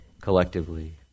collectively